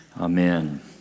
Amen